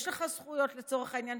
לצורך העניין,